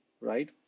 right